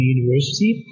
University